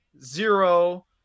zero